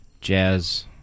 Jazz